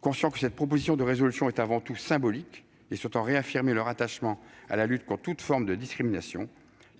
Conscients que cette proposition de résolution est avant tout symbolique et souhaitant réaffirmer leur attachement à la lutte contre toutes les formes de discrimination,